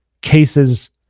cases